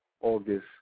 August